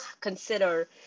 consider